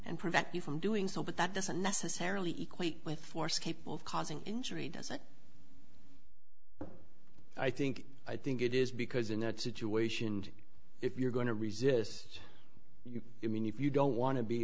and prevent you from doing so but that doesn't necessarily equate with force capable of causing injury doesn't i think i think it is because in that situation and if you're going to resist i mean if you don't wan